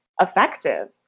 effective